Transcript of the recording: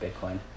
Bitcoin